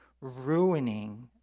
ruining